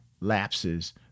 lapses